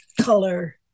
Color